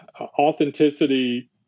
authenticity